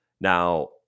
Now